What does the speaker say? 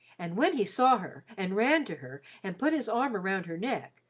and when he saw her and ran to her and put his arm around her neck,